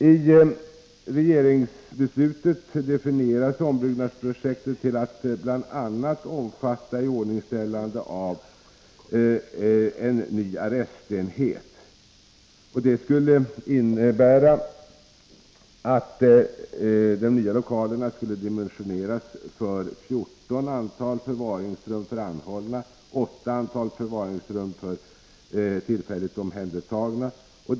I regeringsbeslutet definieras ombyggnadsprojektet till att omfatta bl.a. iordningställande av ny arrestenhet. De nya lokalerna skulle dimensioneras för 14 förvaringsrum för anhållna och 8 förvaringsrum för tillfälligt omhändertagna.